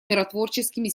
миротворческими